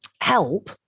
help